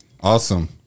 Awesome